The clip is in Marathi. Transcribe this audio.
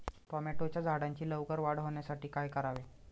टोमॅटोच्या झाडांची लवकर वाढ होण्यासाठी काय करावे?